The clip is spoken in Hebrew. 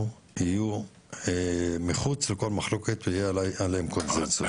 יהיו מחוץ לכל מחלוקת ויהיה עליהם קונצנזוס,